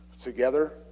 together